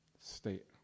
state